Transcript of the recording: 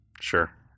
Sure